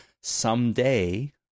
someday